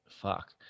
fuck